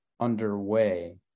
underway